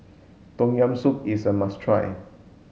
tom yam soup is a must try